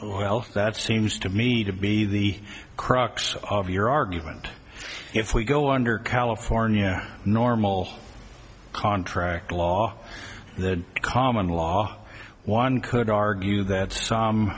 me that seems to me to be the crux of your argument if we go under california normal contract law the common law one could argue that some